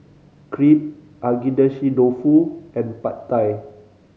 Crepe Agedashi Dofu and Pad Thai